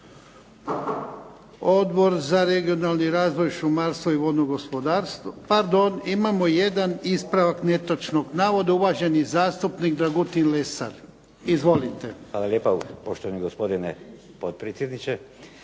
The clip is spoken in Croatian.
Odbor za regionalni razvoj, šumarstvo i vodno gospodarstvo, pardon imamo jedan ispravak netočnog navoda. Uvaženi zastupnik Dragutin Lesar. Izvolite. **Lesar, Dragutin (Nezavisni)**